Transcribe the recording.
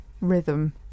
rhythm